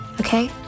okay